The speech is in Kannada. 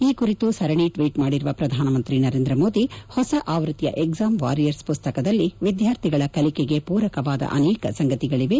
ಈ ಕುರಿತು ಸರಣಿ ಟ್ಲೀಟ್ ಮಾಡಿರುವ ಪ್ರಧಾನಮಂತ್ರಿ ನರೇಂದ್ರ ಮೋದಿ ಅವರು ಹೊಸ ಆವೃತ್ತಿಯ ಎಕ್ವಾಮ್ ವಾರಿಯರ್ಸ್ ಪುಸ್ತಕದಲ್ಲಿ ವಿದ್ಯಾರ್ಥಿಗಳ ಕಲಿಕೆಗೆ ಪೂರಕವಾದ ಅನೇಕ ಸಂಗತಿಗಳವೆ